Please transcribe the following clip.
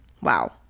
Wow